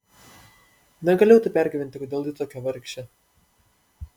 negalėjau taip pergyventi kodėl ji tokia vargšė